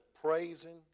praising